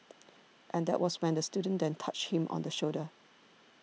and that was when the student then touched him on the shoulder